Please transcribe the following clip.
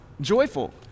joyful